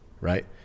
right